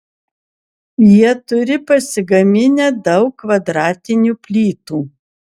jie turi pasigaminę daug kvadratinių plytų